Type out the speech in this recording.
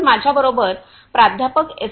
तर माझ्याबरोबर प्राध्यापक एस